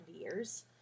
years